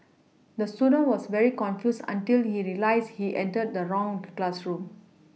the student was very confused until he realised he entered the wrong classroom